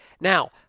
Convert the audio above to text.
Now